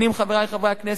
חברי חברי הכנסת,